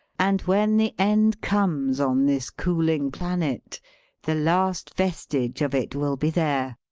and when the end comes on this cooling planet the last vestige of it will be there,